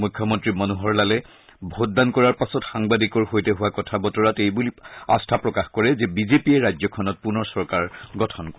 মুখ্যমন্ত্ৰী মনোহৰ লালে ভোটদান কৰাৰ পাছত সাংবাদিকৰ সৈতে হোৱা কথা বতৰাত এই বুলি আস্থা প্ৰকাশ কৰে যে বিজেপিয়ে ৰাজ্যখনত পুনৰ চৰকাৰ গঠন কৰিব